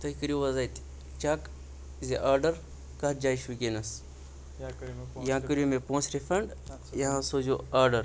تُہۍ کٔرِو حظ اَتہِ چیٚک زِ آرڈَر کَتھ جایہِ چھُ وُنٛکیٚس یا کٔرِو مےٚ پونٛسہٕ رِفنٛڈ یا سوٗزِو آرڈَر